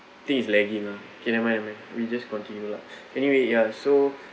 think it's lagging ah K never mind never mind we just continue lah anyway ya so